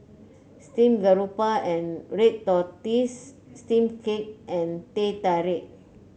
Steamed Garoupa and Red Tortoise Steamed Cake and Teh Tarik